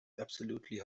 absolutely